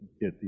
get